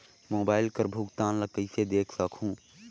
Mobile कर भुगतान ला कइसे देख सकहुं?